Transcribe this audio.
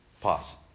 Pause